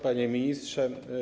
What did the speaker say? Panie Ministrze!